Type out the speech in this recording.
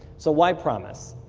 so why promis?